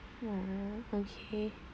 oh okay